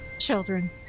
Children